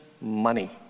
money